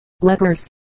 lepers